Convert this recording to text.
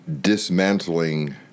dismantling